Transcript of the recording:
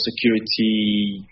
security